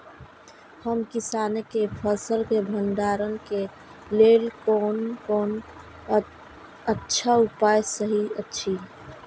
हम किसानके फसल के भंडारण के लेल कोन कोन अच्छा उपाय सहि अछि?